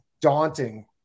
daunting